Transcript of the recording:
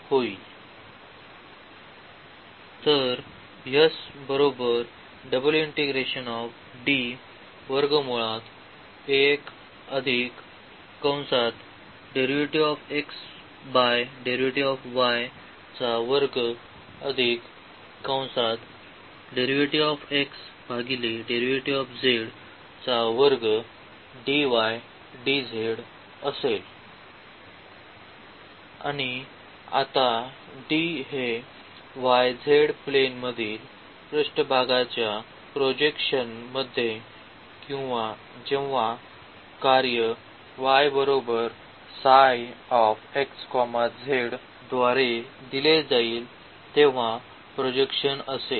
आणि आता D y z plane मधील पृष्ठभागाच्या प्रोजेक्शन मध्ये किंवा जेव्हा कार्य y ψ x z द्वारे दिले जाईल तेव्हा प्रोजेक्शन असेल